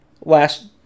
last